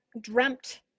dreamt